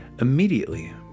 immediately